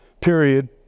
period